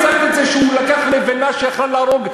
למה לא הצגת את זה שהוא לקח לבנה שיכולה להרוג?